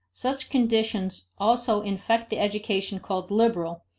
such conditions also infect the education called liberal,